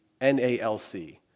NALC